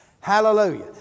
Hallelujah